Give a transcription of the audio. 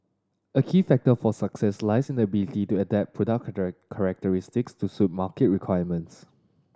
a key factor for success lies in the ability to adapt characteristics to suit market requirements